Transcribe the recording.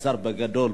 חזר בגדול,